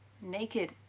naked